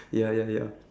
ya ya ya